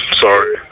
sorry